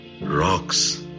rocks